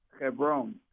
Hebron